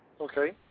Okay